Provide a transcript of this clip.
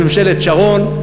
בממשלת שרון,